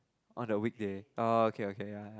on a weekday oh okay okay ya ya ya